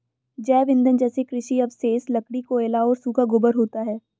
जैव ईंधन जैसे कृषि अवशेष, लकड़ी, कोयला और सूखा गोबर होता है